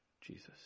Jesus